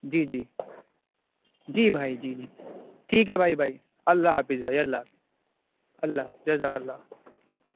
جی جی جی بھائی جی جی ٹھیک ہے بھائی بائی اللہ حافظ بھائی اللہ حافظ اللہ حافظ جزاک اللہ